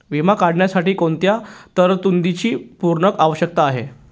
विमा काढण्यासाठी कोणत्या तरतूदींची पूर्णता आवश्यक आहे?